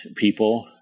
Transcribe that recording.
people